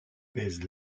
pèse